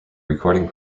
recording